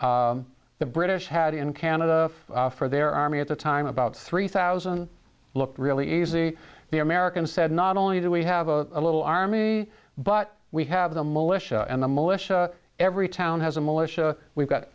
the british had in canada for their army at the time about three thousand looked really easy the americans said not only do we have a little army but we have the most and the militia every town has a militia we've got